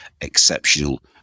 exceptional